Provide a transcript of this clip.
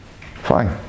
Fine